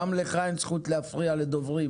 גם לך אין זכות להפריע לדוברים.